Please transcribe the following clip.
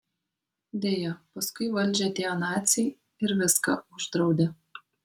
deja paskui į valdžią atėjo naciai ir viską uždraudė